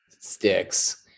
sticks